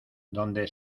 donde